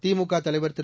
திமுக தலைவர் திரு